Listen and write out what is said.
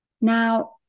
Now